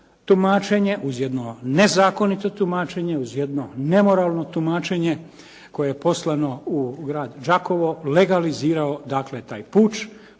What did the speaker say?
tumačenje, uz jedno nezakonito tumačenje, uz jedno nemoralno tumačenje koje je poslano u grad Đakovo, legalizirao dakle, taj puč